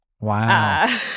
Wow